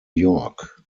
york